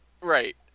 Right